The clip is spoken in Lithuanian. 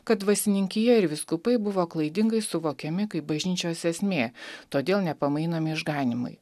kad dvasininkija ir vyskupai buvo klaidingai suvokiami kaip bažnyčios esmė todėl nepamainomi išganymui